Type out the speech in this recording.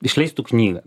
išleistų knygą